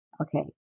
Okay